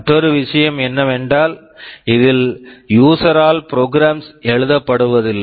மற்றொரு விஷயம் என்னவென்றால் இதில் யூசர் user ஆல் ப்ரோக்ராம் program எழுதப்படுவதில்லை